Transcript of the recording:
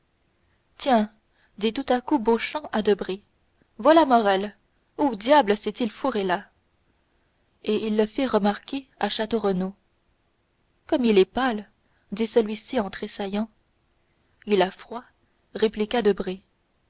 tiens dit tout à coup beauchamp à debray voilà morrel où diable s'est-il fourré là et ils le firent remarquer à château renaud comme il est pâle dit celui-ci en tressaillant il a froid répliqua debray